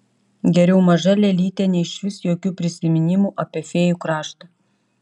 geriau maža lėlytė nei išvis jokių prisiminimų apie fėjų kraštą